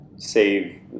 Save